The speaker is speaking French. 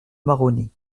maroni